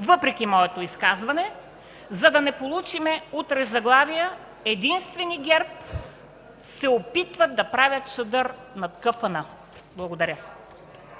въпреки моето изказване, за да не получим утре заглавия: „Единствени ГЕРБ се опитват да правят чадър над КФН”. Благодаря.